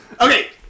Okay